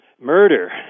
murder